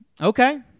Okay